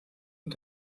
und